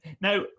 Now